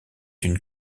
une